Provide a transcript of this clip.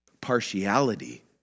partiality